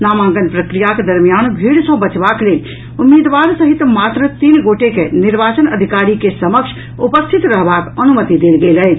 नामांकन प्रक्रियाक दरमियान भीड़ सँ बचबाक लेल उम्मीदवार सहित मात्र तीन गोटे के निर्वाचन अधिकारी के समक्ष उपस्थित रहबाक अनुमति देल गेल अछि